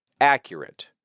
accurate